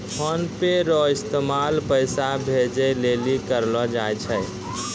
PhonePe रो इस्तेमाल पैसा भेजे लेली करलो जाय छै